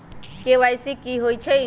KYC कि होई छई?